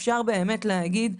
אפשר להגיד,